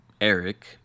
Eric